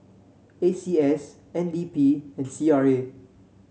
A C S N D P and C R A